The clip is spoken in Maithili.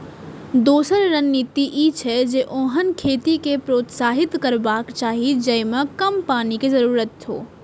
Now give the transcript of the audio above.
दोसर रणनीति ई छै, जे ओहन खेती कें प्रोत्साहित करबाक चाही जेइमे कम पानिक जरूरत हो